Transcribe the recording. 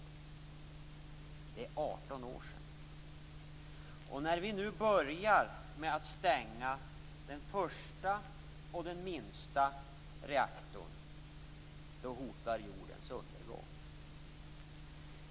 Det är 18 år sedan. När vi nu börjar med att stänga den första och den minsta reaktorn hotar jordens undergång.